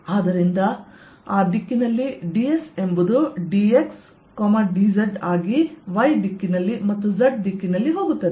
ಆದ್ದರಿಂದ ಆ ದಿಕ್ಕಿನಲ್ಲಿ dS ಎಂಬುದು dx dz ಆಗಿ y ದಿಕ್ಕಿನಲ್ಲಿ ಮತ್ತು z ದಿಕ್ಕಿನಲ್ಲಿ ಹೋಗುತ್ತದೆ